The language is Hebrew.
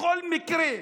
בכל מקרה.